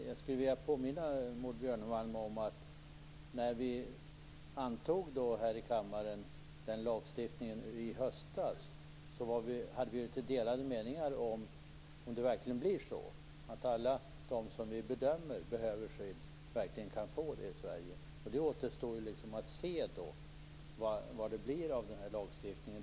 Jag skulle vilja påminna Maud Björnemalm om att vi, när vi här i kammaren antog lagstiftningen i höstas, hade delade meningar om huruvida det verkligen blir så att alla de som vi bedömer behöver skydd verkligen kan få det i Sverige. Det återstår att se vad det blir av lagstiftningen.